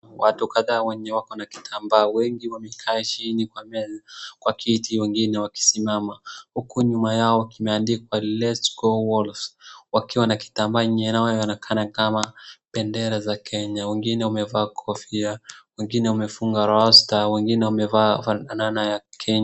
Watu kadhaa wenye wako na kitambaa wengi wamekaa chini kwa kiti wengine wakisimama. Huku nyuma yao kumeandikwa lets go wolf . Wakiwa na kitamba yenyeinayonekana kama bendera za Kenya. Wengine wamevaa kofia, wengine wamefunga rasta, wengine wamevaa bandana ya Kenya.